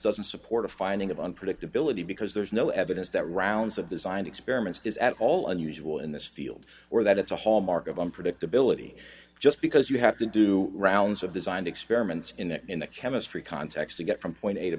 doesn't support a finding of unpredictability because there's no evidence that rounds of design experiments is at all unusual in this field or that it's a hallmark of unpredictability just because you have to do rounds of designed experiments in the chemistry context to get from point a to